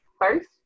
First